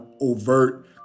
overt